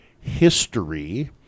history